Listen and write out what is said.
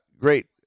great